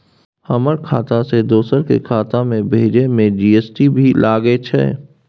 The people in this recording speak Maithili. हमर खाता से दोसर के खाता में भेजै में जी.एस.टी भी लगैछे?